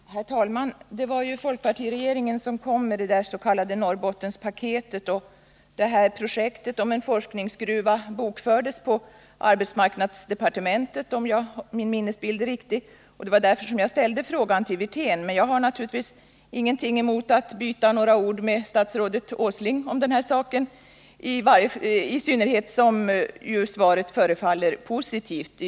Herr talman! Det var ju folkpartiregeringen som kom med det s.k. Norrbottenpaketet, och projektet om en forskningsgruva bokfördes på arbetsmarknadsdepartementet, om min minnesbild är riktig. Därför ställde Nr 167 jag frågan till statsrådet Wirtén, men jag har naturligtvis ingenting emot att Måndagen den byta några ord med statsrådet Åsling om den här saken, i synnerhet som ju 9 juni 1980 svaret förefaller vara positivt.